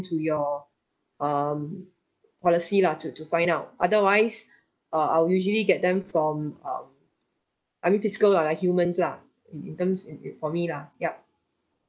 to your um policy lah to to find out otherwise uh I'll usually get them from um I mean physical lah like humans lah in terms in in for me lah yup